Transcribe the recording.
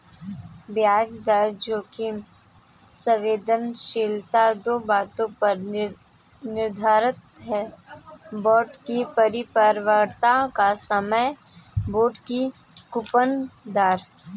ब्याज दर जोखिम संवेदनशीलता दो बातों पर निर्भर है, बांड की परिपक्वता का समय, बांड की कूपन दर